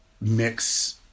mix